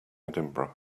edinburgh